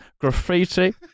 graffiti